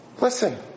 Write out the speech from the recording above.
Listen